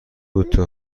بوته